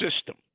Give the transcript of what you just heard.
system